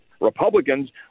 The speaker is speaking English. Republicans